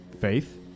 Faith